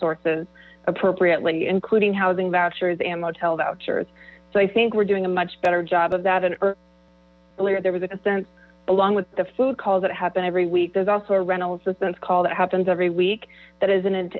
sources appropriately including housing vouchers and motel vouchers so i think we're doing a much better job of that in earlier there was a sense along with the food calls that happen every week there's also a rental assistance call that happens every week that is